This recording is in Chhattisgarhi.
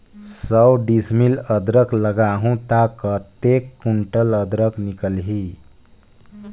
सौ डिसमिल अदरक लगाहूं ता कतेक कुंटल अदरक निकल ही?